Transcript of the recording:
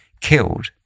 killed